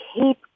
keep